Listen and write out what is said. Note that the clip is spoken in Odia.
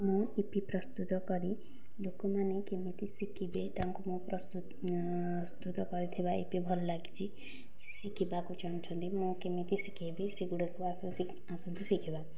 ମୁଁ ଇପି ପ୍ରସ୍ତୁତ କରି ଲୋକମାନେ କେମିତି ଶିଖିବେ ତାଙ୍କୁ ମୁଁ ପ୍ରସ୍ତୁତ କରିଥିବା ଇପି ଭଲ ଲାଗିଛି ସେ ଶିଖିବାକୁ ଚାହୁଁଛନ୍ତି ମୁଁ କେମିତି ଶିଖେଇବି ସେ ଗୁଡ଼ିକୁ ଆସ ଆସନ୍ତୁ ଶିଖିବା